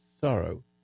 sorrow